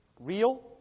Real